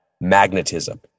magnetism